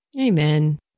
Amen